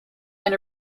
and